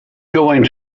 going